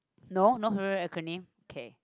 no no favourite acronym okay